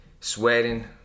sweating